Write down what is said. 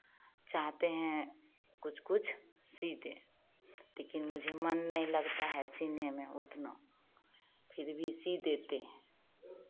चाहते हैं कुछ कुछ सिल दें लेकिन मुझे मन नहीं लगता है सिलने में उतना फिर भी सिल देते हैं